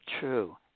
true